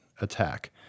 attack